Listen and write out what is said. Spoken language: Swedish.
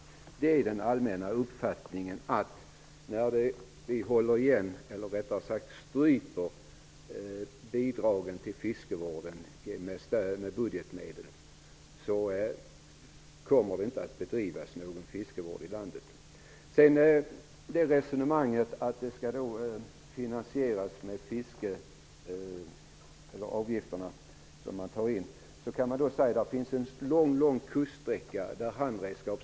Den allmänna uppfattningen är att när vi håller igen eller rättare sagt stryper bidragen av budgetmedel till fiskevården kommer det inte att bedrivas någon fiskevård i landet. Vad gäller resonemanget att de avgifter som tas in skall finansiera fiskevården vill jag peka på att vi har en lång kuststräcka där man fiskar med handredskap.